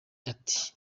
ati